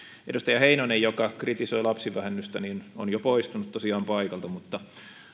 edustaja heinonen joka kritisoi lapsivähennystä on jo poistunut tosiaan paikalta mutta